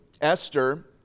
Esther